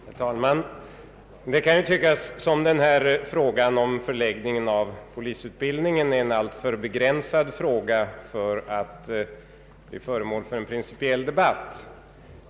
Herr talman! Det kan tyckas som om frågan om förläggningen av pPpolisutbildningen är en alltför begränsad fråga för att bli föremål för en principiell debatt.